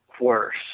worse